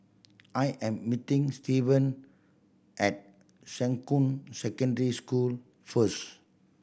I am meeting Steven at Shuqun Secondary School first